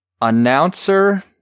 announcer